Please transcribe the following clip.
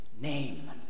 name